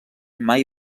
mai